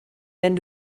wenn